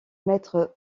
maître